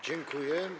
Dziękuję.